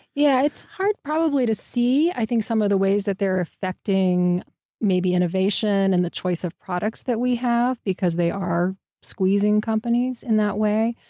yeah. it's hard probably to see i think some of the ways they're affecting maybe innovation and the choice of products that we have because they are squeezing companies in that way.